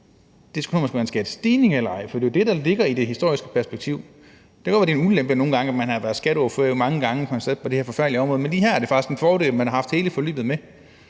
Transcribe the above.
det skal være en skattestigning eller ej. For det er jo det, der ligger i det historiske perspektiv. Det kan godt være, at det er en ulempe nogle gange, at man har været skatteordfører mange gange og har siddet på det her forfærdelige område, men lige her er det faktisk en fordel, at man har haft hele forløbet med.